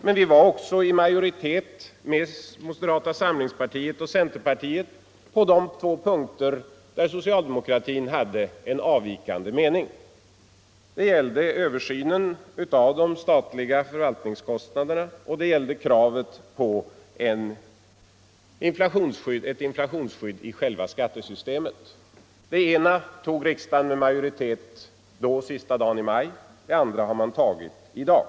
Men vi var också i majoritet med Nr 134 Inoderta samlingspartiet Och centerpastiet på se två punkter HAN SO Onsdagen den cialdemokratin hade en avvikande mening — det gällde kravet på översyn 4 december 1974 av de statliga förvaltningskostnaderna och det gällde kravet på ett inflationsskydd i själva skattesystemet. Det ena tog riksdagen med ma = Sänkning av den joritet sista dagen i maj, det andra har man tagit i dag.